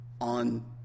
on